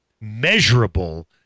measurable